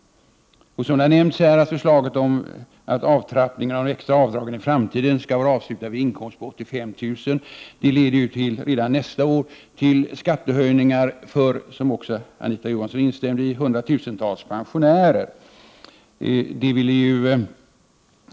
Som nämnts här skall avtrappningen av de extra avdragen i framtiden vara avslutad vid en inkomst på 85 000 kr., vilket redan nästa år leder till skattehöjningar för hundratusentals pensionärer, något som också Anita Johansson framhöll.